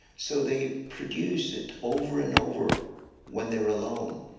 so, they produce it over and over when they're alone,